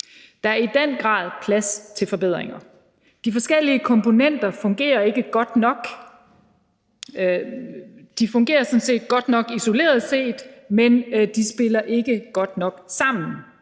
Der er i den grad plads til forbedringer. De forskellige komponenter fungerer ikke godt nok; det vil sige, at de sådan set fungerer godt nok isoleret set, men de spiller ikke godt nok sammen.